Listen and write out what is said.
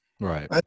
Right